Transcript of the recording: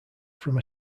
from